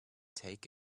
take